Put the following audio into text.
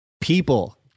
people